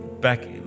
back